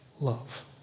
love